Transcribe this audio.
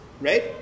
right